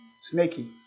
Snaky